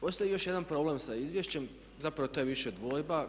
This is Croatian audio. Postoji još jedan problem sa izvješćem, zapravo to je više dvojba.